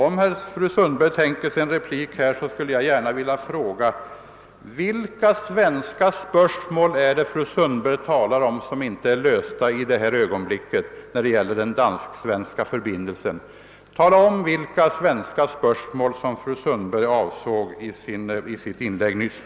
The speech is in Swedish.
Om fru Sundberg tänker begära ordet för replik skulle jag vilja be henne tala om vilka svenska spörsmål när det gäller den dansk-svenska Öresundsförbindelsen som inte är lösta och som fru Sundberg avsåg i sitt inlägg nyss.